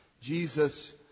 Jesus